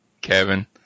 Kevin